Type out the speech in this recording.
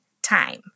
time